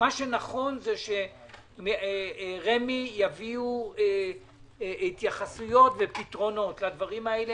מה שנכון הוא שרמ"י יביאו התייחסויות ופתרונות לדברים האלה.